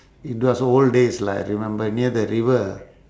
in those old days lah I remember near the river